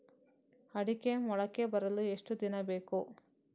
ಅಡಿಕೆ ಮೊಳಕೆ ಬರಲು ಎಷ್ಟು ದಿನ ಬೇಕು?